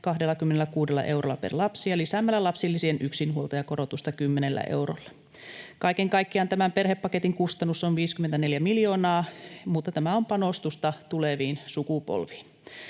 26 eurolla per lapsi ja lisäämällä lapsilisien yksinhuoltajakorotusta 10 eurolla. Kaiken kaikkiaan tämän perhepaketin kustannus on 54 miljoonaa, mutta tämä on panostusta tuleviin sukupolviin.